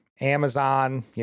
Amazon